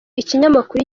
ikinyamakuru